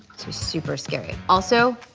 so super scary. also,